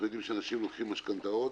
אנחנו יודעים שאנשים לוקחים משכנתאות,